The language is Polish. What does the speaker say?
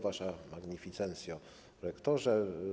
Wasza Magnificencjo Rektorze!